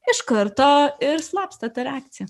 iš karto ir slopsta ta reakcija